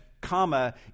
comma